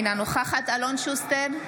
אינה נוכחת אלון שוסטר,